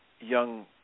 young